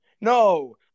No